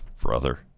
brother